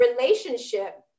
relationship